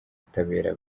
butabera